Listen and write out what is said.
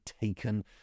taken